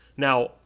Now